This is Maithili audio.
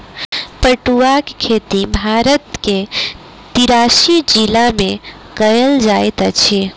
पटुआक खेती भारत के तिरासी जिला में कयल जाइत अछि